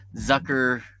Zucker